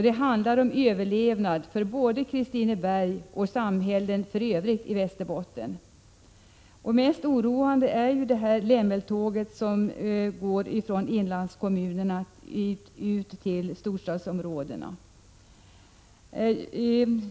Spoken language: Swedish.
Det handlar om överlevnad för både Kristineberg och samhällen i övrigt i Västerbotten. Mest oroande är det lämmeltåg som går från inlandskommunerna till storstadsområdena.